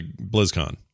BlizzCon